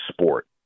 sport